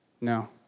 No